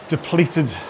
depleted